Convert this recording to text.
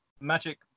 Magic